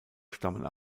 stammen